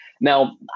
Now